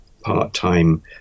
part-time